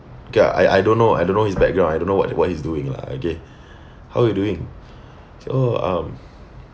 okay ah I I don't know I don't know his background I don't know what what he's doing lah okay how are you doing oh um